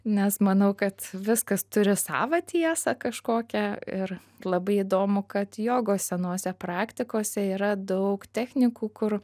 nes manau kad viskas turi savą tiesą kažkokią ir labai įdomu kad jogos senose praktikose yra daug technikų kur